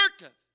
worketh